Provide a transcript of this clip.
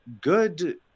good